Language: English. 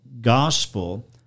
gospel